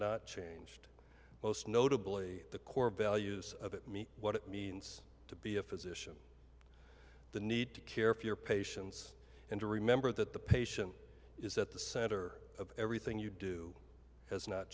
not changed most notably the core values of it me what it means to be a physician the need to care for your patients and to remember that the patient is at the center of everything you do has not